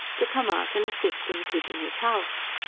to come out and assist in keeping his house.